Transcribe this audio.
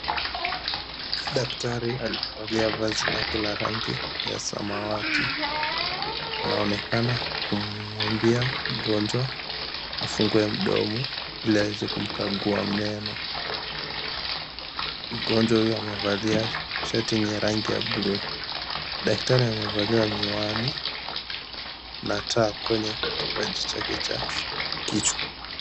Daktari aliyevalia vazi lake la rangi ya samawati anaonekana kumwambia mgonjwa afungue mdomo ili aweze kumkagua meno. Mgonjwa huyu amevalia shati yenye rangi ya bluu. Daktari amevalia miwani na taa kwenye kipaji chake cha kichwa.